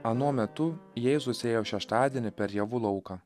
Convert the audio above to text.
anuo metu jėzus ėjo šeštadienį per javų lauką